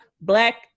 black